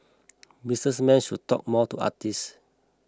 businessmen should talk more to artists